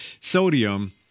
sodium